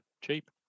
Cheap